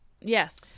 Yes